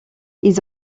ils